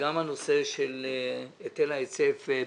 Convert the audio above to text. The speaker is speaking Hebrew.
וגם הנושא של היטל ההיצף בנושאים,